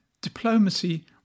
Diplomacy